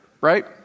right